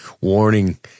warning